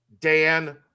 Dan